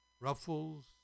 Ruffles